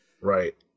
Right